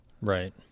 right